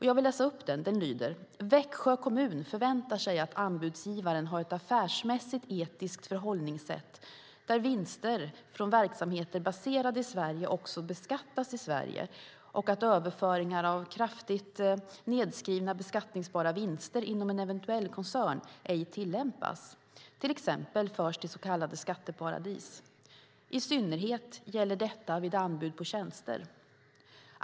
Jag vill läsa upp den. Den lyder: "Växjö Kommun förväntar sig att anbudsgivaren har ett affärsmässigt etiskt förhållningssätt där vinster från verksamheter baserade i Sverige också beskattas i Sverige och att överföringar av kraftigt nedskrivna beskattningsbara vinster inom en eventuell koncern ej tillämpas, till exempel förs till så kallade skatteparadis. I synnerhet gäller detta vid anbud på tjänster.